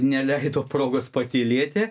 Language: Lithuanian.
neleido progos patylėti